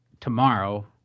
tomorrow